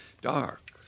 dark